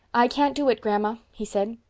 i can't do it, grandma, he said.